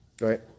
right